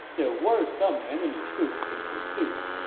there were some enemy troops in pursuit,